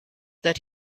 that